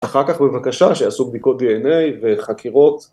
אחר כך בבקשה שיעשו בדיקות DNA וחקירות